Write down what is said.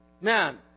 Man